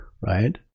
right